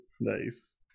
Nice